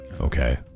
Okay